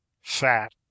fat